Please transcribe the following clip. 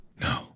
No